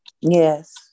Yes